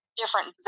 different